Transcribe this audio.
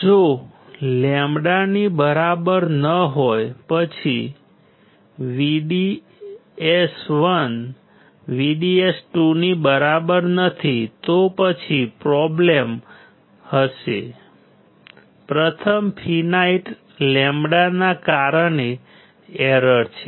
જો λ 0 ની બરાબર ન હોય પછી VDS1 VDS2 ની બરાબર નથી તો પછી પ્રોબ્લેમ્સ હશે પ્રથમ ફિનાઈટ λ ના કારણે એરર છે